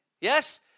Yes